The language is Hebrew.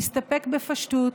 להסתפק בפשטות,